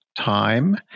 time